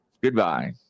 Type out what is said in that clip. goodbye